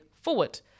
forward